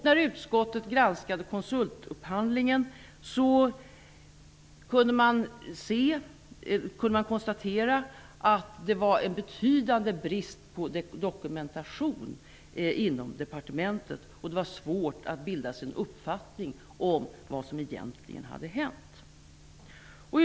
När utskottet granskade konsultupphandlingen kunde man konstatera att det rådde en betydande brist på dokumentation inom departementet. Det var svårt att bilda sig en uppfattning om vad som egentligen hade hänt.